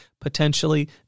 potentially